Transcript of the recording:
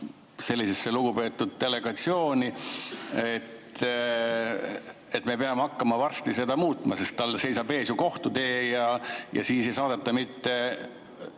sellisesse lugupeetud delegatsiooni, siis me peame hakkama varsti seda muutma, sest tal seisab ees kohtutee ja siis ei saadeta mitte